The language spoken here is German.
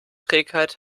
trägheit